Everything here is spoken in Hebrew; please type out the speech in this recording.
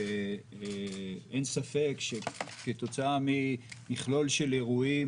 שאין ספק שכתוצאה ממכלול של אירועים